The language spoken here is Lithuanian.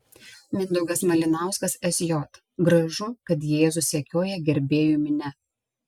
mindaugas malinauskas sj gražu kad jėzų sekioja gerbėjų minia